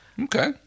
Okay